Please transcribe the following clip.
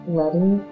letting